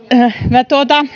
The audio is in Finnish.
minä